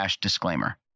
disclaimer